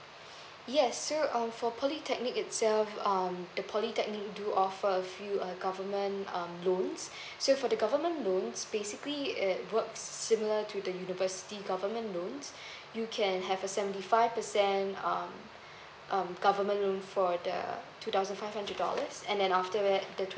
yes so um for polytechnic itself um the polytechnic do offer a few err government um loans so for the government loans basically it works similar to the university government loans you can have a seventy five percent um um government loan for the two thousand five hundred dollars and then after that the twenty